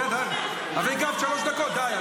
בסדר, אז הגבת שלוש דקות, די.